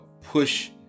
push